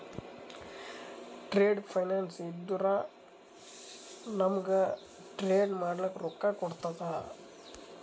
trade finance ಇದ್ದುರ ನಮೂಗ್ trade ಮಾಡ್ಲಕ ರೊಕ್ಕಾ ಕೋಡ್ತುದ